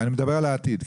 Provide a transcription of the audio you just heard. אני מדבר על העתיד.